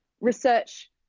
research